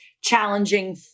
challenging